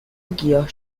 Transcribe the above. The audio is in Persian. گیاه